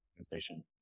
station